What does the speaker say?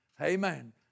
Amen